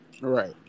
Right